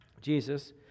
Jesus